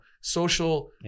social